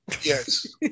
Yes